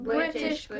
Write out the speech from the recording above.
British